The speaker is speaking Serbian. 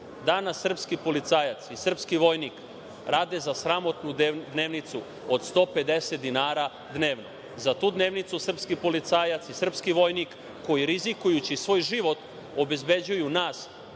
srpski policajac i srpski vojnik rade za sramotnu dnevnicu od 150,00 dinara dnevno. Za tu dnevnicu srpski policajac i srpski vojnik, koji rizikujući svoj život obezbeđuju nas